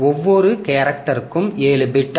ஒவ்வொரு கேரக்டரும் 7 பிட்